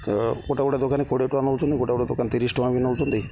ଗୋଟେ ଗୋଟେ ଦୋକାନୀ କୋଡ଼ିଏ ଟଙ୍କା ନେଉଛନ୍ତି ଗୋଟେ ଗୋଟେ ଦୋକାନୀ ତିରିଶ ଟଙ୍କା ନେଉଛନ୍ତି